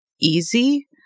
easy